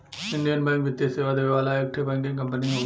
Indian Bank वित्तीय सेवा देवे वाला एक ठे बैंकिंग कंपनी हउवे